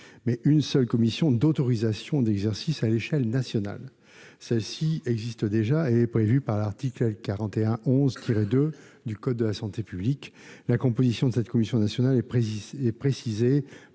mais une seule commission d'autorisation d'exercice à l'échelle nationale. Celle-ci existe déjà aux termes de l'article L. 4111-2 du code de la santé publique. La composition de cette commission nationale est précisée